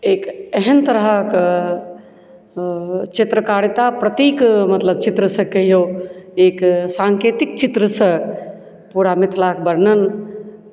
एक एहन तरहक चित्रकारिता प्रतिक मतलब चित्र सॅं कहियौ एक सांकेतिक चित्रसँ पूरा मिथिलाक वर्णन